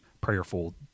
prayerful